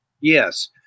Yes